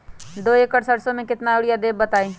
दो एकड़ सरसो म केतना यूरिया देब बताई?